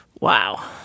Wow